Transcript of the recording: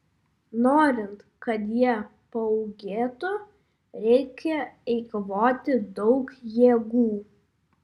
norint kad jie paūgėtų reikia eikvoti daug jėgų